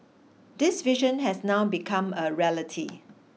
this vision has now become a reality